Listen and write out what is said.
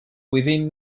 within